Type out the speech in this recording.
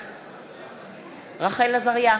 בעד רחל עזריה,